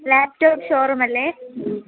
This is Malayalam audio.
ലാപ്ടോപ് ഷോറൂമല്ലേ